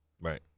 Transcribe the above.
Right